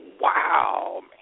wow